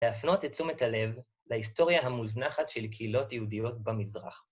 להפנות את תשומת הלב להיסטוריה המוזנחת של קהילות יהודיות במזרח.